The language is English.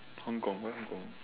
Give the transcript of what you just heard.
Hong-Kong why Hong-Kong